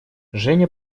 женя